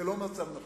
זה לא מצב נכון,